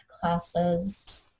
classes